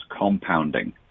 compounding